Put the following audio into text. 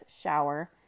shower